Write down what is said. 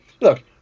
Look